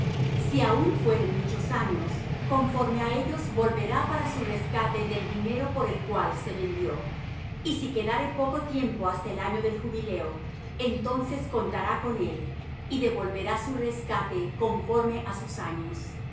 si aún fueren muchos años conforme á ellos volverá para su rescate del dinero por el cual se vendió y si quedare poco tiempo hasta el año del jubileo entonces contará con él y devolverá su rescate conforme á sus años